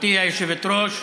גברתי היושבת-ראש,